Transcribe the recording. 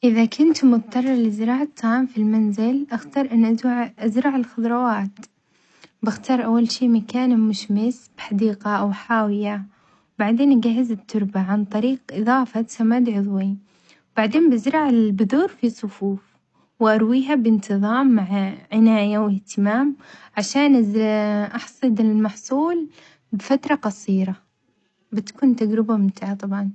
إذا كنت مضطرة لزراعة الطعام في المنزل أختار أن أزو أزرع الخضروات بختار أول شي مكان مشمس بحديقة أو حاوية بعدين أجهز التربة عن طريق إضافة سماد عضوي بعدين بزرع البذور في صفوف وأرويها بانتظام مع عناية واهتمام عشان إذا أحصد المحصول بفترة قصيرة، بتكون تجربة ممتعة طبعًا.